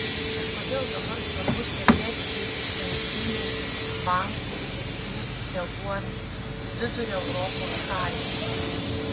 ir kodėl dabar svarbu stebėti kaip į centrinių bankų veiksmus reaguos vidurio europos šalys